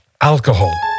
alcohol